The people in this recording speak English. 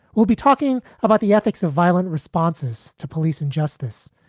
we'll be talking about the ethics of violent responses to police injustice,